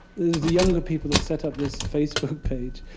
it was the younger people that set up this facebook page.